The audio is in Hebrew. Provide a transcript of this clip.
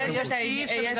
את חושבת שיש מישהו משגיח,